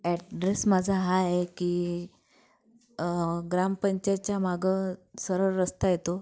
address माझा हा आहे की ग्रामपंचायतच्या मागं सरळ रस्ता येतो